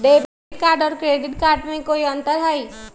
Debit और credit card में कई अंतर हई?